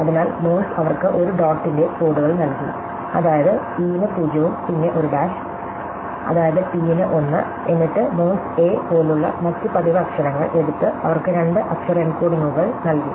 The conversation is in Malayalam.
അതിനാൽ മോഴ്സ് അവർക്ക് ഒരു ഡോട്ടിന്റെ കോഡുകൾ നൽകി അതായത് e ന് 0 ഉം പിന്നെ ഒരു ഡാഷ് അതായത് t ന് 1 എന്നിട്ട് മോഴ്സ് എ പോലുള്ള മറ്റ് പതിവ് അക്ഷരങ്ങൾ എടുത്ത് അവർക്ക് രണ്ട് അക്ഷര എൻകോഡിംഗുകൾ നൽകി